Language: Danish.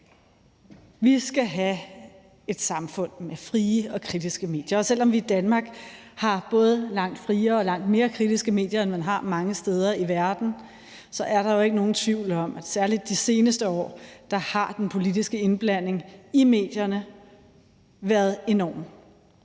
Vi skal have et samfund med frie og kritiske medier. Og selv om vi i Danmark har både langt friere og langt mere kritiske medier, end man har mange andre steder i verden, er der jo ikke nogen tvivl om, at den politiske indblanding i medierne særlig